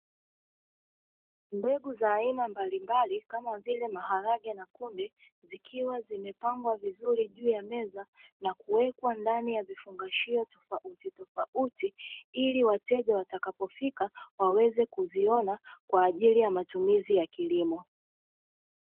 Mbegu za aina mbalimbali kama vile maharage na kunde zikiwa zimepangwa vizuri juu ya meza na kuwekwa ndani ya vifungashio tofautitofauti, ili wateja watakapofika waweze kuziona kwa ajili ya matumizi ya kilimo.